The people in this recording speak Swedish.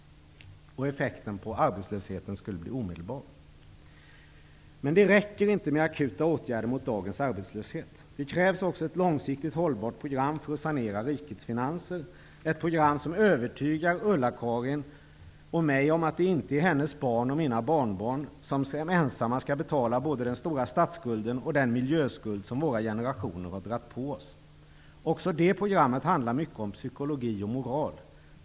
Effekten på arbetslösheten skulle bli omedelbar. Men det räcker inte med akuta åtgärder mot dagens arbetslöshet. Det krävs också ett långsiktigt hållbart program för att sanera rikets finanser, ett program som övertygar Ulla-Karin och mig om att det inte är våra barn och barnbarn som ensamma skall betala både den stora statsskulden och den miljöskuld som våra generationer har dragit på oss. Också det programmet handlar mycket om psykologi och moral.